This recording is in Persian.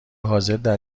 حاضردر